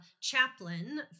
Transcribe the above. chaplain